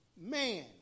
man